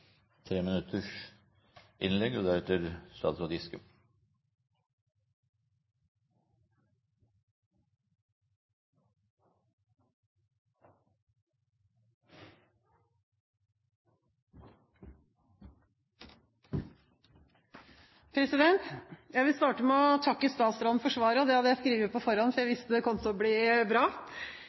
Jeg vil starte med å takke statsråden for svaret. Dette hadde jeg skrevet på forhånd, for jeg visste at det kom til å bli bra.